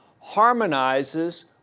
harmonizes